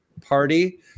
party